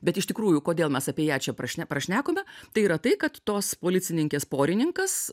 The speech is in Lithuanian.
bet iš tikrųjų kodėl mes apie ją čia praš prašnekome tai yra tai kad tos policininkės porininkas